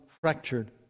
fractured